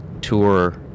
tour